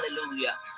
Hallelujah